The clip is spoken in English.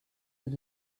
that